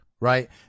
Right